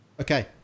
Okay